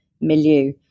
milieu